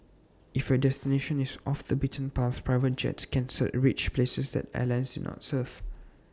if your destination is off the beaten path private jets cancer reach places that airlines not serve